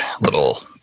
little